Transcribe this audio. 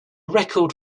record